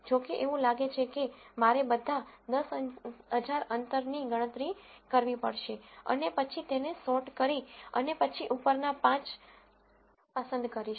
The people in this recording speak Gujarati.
જો કે એવું લાગે છે કે મારે બધા 10000 અંતરની ગણતરી કરવી પડશે અને પછી તેને સોર્ટ કરી અને પછી ઉપરના 5 પસંદ કરીશ